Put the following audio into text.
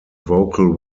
vocal